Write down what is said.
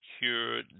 cure